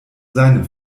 seinem